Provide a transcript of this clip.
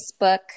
Facebook